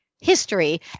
History